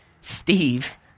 Steve